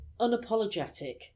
unapologetic